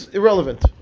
irrelevant